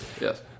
Yes